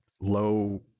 low